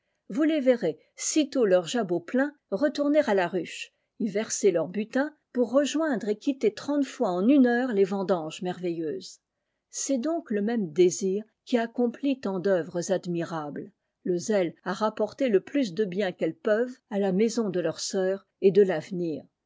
vous les verrez sitôt leur jabot plein retourner à la ruche y verser leur butin pour rejoindre et quitter trente fois en une heure les vendanges merveilleuses c'est donc le même désir qui accomplit tant d'oeuvres admirables le zèle à rapporter le plus de biens qu'elles peuvent à la maison de leurs sœurs et de l'avenir